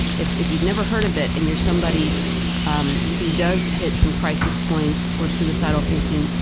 if if you've never heard of it and you're somebody um who does hit some crisis points or suicidal thinking,